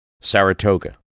Saratoga